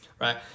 right